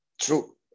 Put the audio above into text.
True